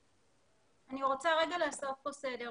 אני רוצה רגע לעשות פה סדר.